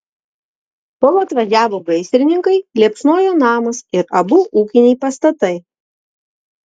kol atvažiavo gaisrininkai liepsnojo namas ir abu ūkiniai pastatai